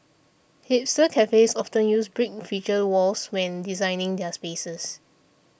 hipster cafes often use such brick feature walls when designing their spaces